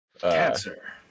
Cancer